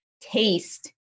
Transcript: taste